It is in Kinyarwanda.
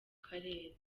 karere